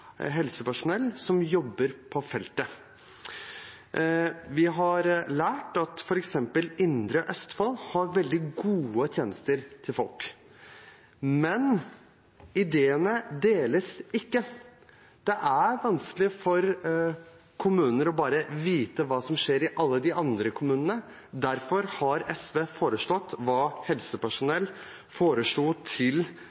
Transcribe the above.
helsepersonell som jobber på feltet. Vi har lært at f.eks. Indre Østfold har veldig gode tjenester til folk, men ideene deles ikke. Det er vanskelig for kommuner å vite hva som skjer i alle de andre kommunene. Derfor har SV foreslått